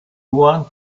want